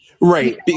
Right